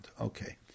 Okay